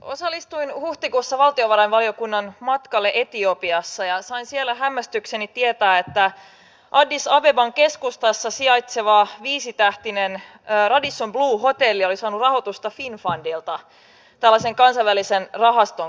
osallistuin huhtikuussa valtiovarainvaliokunnan matkalle etiopiaan ja sain siellä hämmästyksekseni tietää että addis abeban keskustassa sijaitseva viisitähtinen radisson blu hotelli oli saanut rahoitusta finnfundilta tällaisen kansainvälisen rahaston kautta